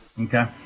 okay